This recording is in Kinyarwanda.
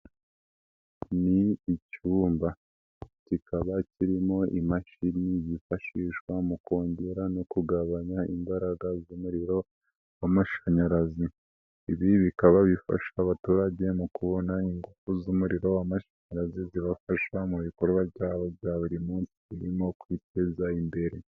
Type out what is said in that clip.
Ni icyumba kikaba kirimo imashini yifashishwa mu kongera no kugabanya imbaraga z'umuriro w'amashanyarazi. Ibi bikaba bifasha abaturage mu kubona ingufu z'umuriro w'amashanyarazi. Zibafasha mu bikorwa byabo bya buri munsi birimo kwiteza imbere.